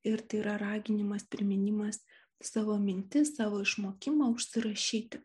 ir tai yra raginimas priminimas savo mintis savo išmokimą užsirašyti